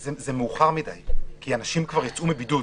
זה מאוחר מידי כי אנשים כבר יצאו מבידוד.